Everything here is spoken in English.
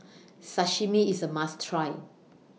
Sashimi IS A must Try